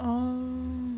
orh